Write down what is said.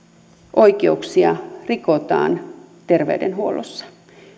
oikeuksia rikotaan terveydenhuollossa